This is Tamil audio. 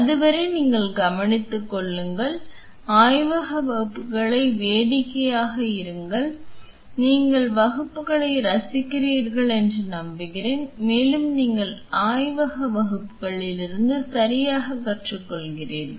அதுவரை நீங்கள் கவனித்துக் கொள்ளுங்கள் ஆய்வக வகுப்புகளை வேடிக்கையாக இருங்கள் நீங்கள் ஆய்வக வகுப்புகளை ரசிக்கிறீர்கள் என்று நம்புகிறேன் மேலும் நீங்கள் ஆய்வக வகுப்புகளில் இருந்து சரியாகக் கற்றுக்கொள்கிறீர்கள்